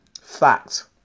Fact